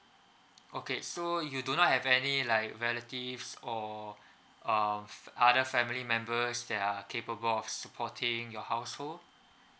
okay so you do not have any like relatives or um f~ other family members that are capable of supporting your household